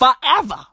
Forever